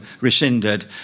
rescinded